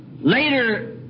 later